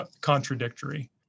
contradictory